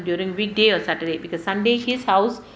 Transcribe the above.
during weekday or saturday because sunday his house